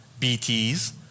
BTS